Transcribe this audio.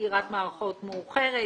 סקירת מערכות מאוחרת,